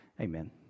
Amen